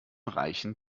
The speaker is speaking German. reichen